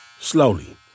Slowly